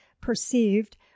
perceived